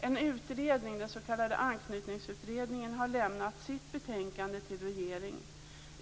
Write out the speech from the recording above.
En utredning, den s.k. Anknytningsutredningen, har lämnat sitt betänkande till regeringen.